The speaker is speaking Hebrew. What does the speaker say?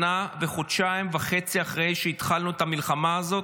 שנה וחודשיים וחצי אחרי שהתחלנו את המלחמה הזו,